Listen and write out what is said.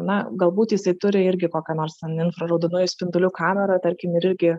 na galbūt jisai turi irgi kokią nors ten infraraudonųjų spindulių kamerą tarkim ir irgi